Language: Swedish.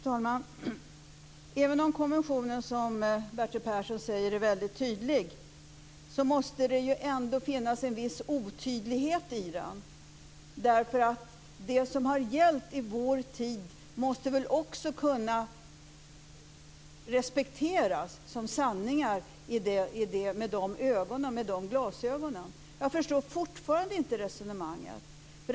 Fru talman! Även om konventionen, som Bertil Persson säger, är väldigt tydlig måste det finnas en viss otydlighet i den. Det som har skett i vår tid måste väl också kunna respekteras som sanning med de här glasögonen. Jag förstår fortfarande inte resonemanget.